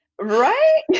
right